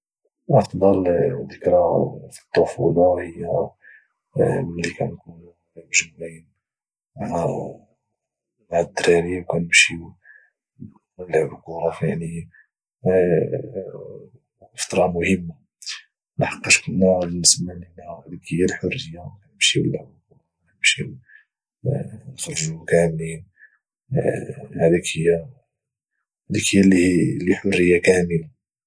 افضل ذكرى في الطفوله هي ملي كانكونوا مجموعين مع مع الدراري وكانمشي ونلعبوا كره يعني مهمه والحقاش كنا بالنسبه لنا هذيك هي الحريه كنمشيو نلعبو كوره وكانمشيو ونخرجو كاملين هذيك هي اللي حريه كامله